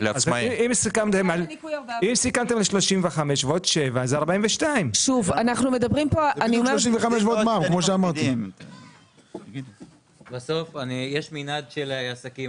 אם סיכמתם על 35 ועוד 7 זה 42. בסוף יש מנעד של עסקים,